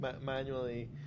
manually